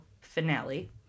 finale